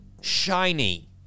shiny